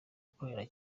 ukorera